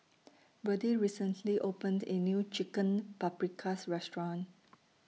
Birdie recently opened A New Chicken Paprikas Restaurant